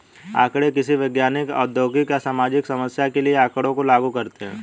आंकड़े किसी वैज्ञानिक, औद्योगिक या सामाजिक समस्या के लिए आँकड़ों को लागू करते है